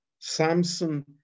Samson